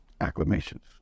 Acclamations